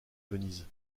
venise